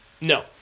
No